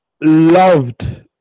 loved